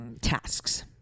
tasks